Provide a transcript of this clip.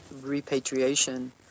repatriation